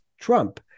Trump